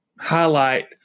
highlight